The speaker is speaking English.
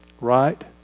Right